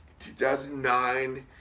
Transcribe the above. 2009